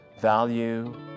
Value